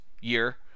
year